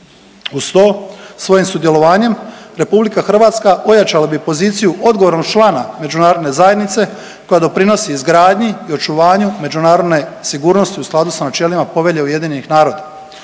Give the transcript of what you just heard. Uz to, svojim sudjelovanjem RH ojačala bi poziciju odgovornog člana Međunarodne zajednice koja doprinosi izgradnji i očuvanju međunarodne sigurnosti u skladu sa načelima Povelje UN-a.